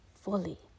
fully